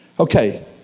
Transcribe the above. Okay